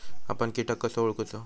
आपन कीटक कसो ओळखूचो?